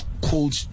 cold